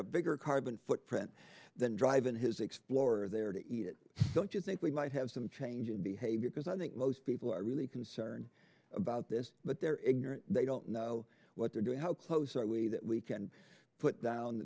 a bigger carbon footprint than driving his explorer there to eat it don't you think we might have some change in behavior because i think most people are really concerned about this but they're ignorant they don't know what they're doing how close are we that we can put down